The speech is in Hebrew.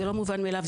זה לא מובן מאליו.